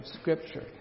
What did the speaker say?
Scripture